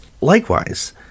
likewise